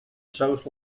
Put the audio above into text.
south